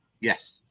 Yes